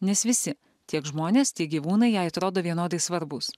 nes visi tiek žmonės tiek gyvūnai jai atrodo vienodai svarbūs